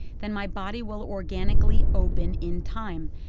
then my body will organically open in time.